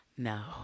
No